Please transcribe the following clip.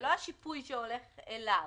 זה לא השיפוי שהולך אליו,